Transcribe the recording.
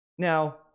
Now